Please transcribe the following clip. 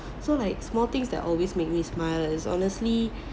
so like small things that always makes me smile is honestly